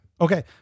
Okay